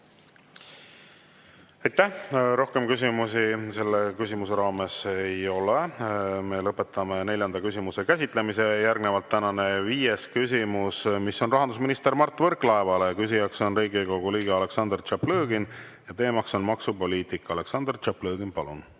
Aitäh! Rohkem küsimusi selle [teema] raames ei ole. Me lõpetame neljanda küsimuse käsitlemise. Tänane viies küsimus on rahandusminister Mart Võrklaevale, küsija on Riigikogu liige Aleksandr Tšaplõgin ja teema on maksupoliitika. Aleksandr Tšaplõgin, palun!